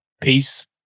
Peace